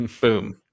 Boom